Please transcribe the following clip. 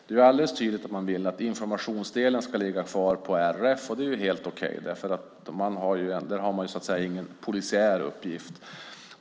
Det är alldeles tydligt att man vill att informationsdelen ska ligga kvar på RF, och det är helt okej. Där har man ingen polisiär uppgift.